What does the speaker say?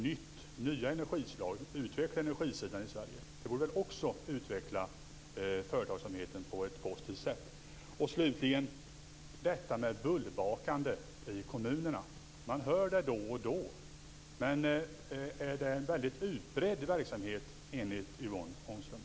Det borde också vara positivt utvecklande för företagen. Sedan var det frågan om bullbakande i kommunerna. Man hör talas om detta då och då. Är det en utbredd verksamhet, enligt Yvonne Ångström?